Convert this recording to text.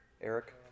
Eric